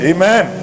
Amen